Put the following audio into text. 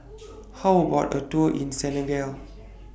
How about A Tour in Senegal